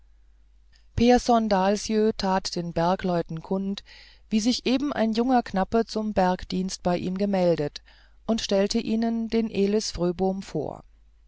pehrson dahlsjö tat den bergleuten kund wie sich eben ein junger knappe zum bergdienst bei ihm gemeldet und stellte ihnen den elis fröbom vor